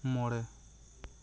ᱢᱚᱬᱮ